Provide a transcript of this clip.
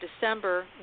December